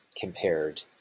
compared